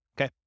okay